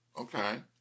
okay